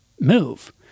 move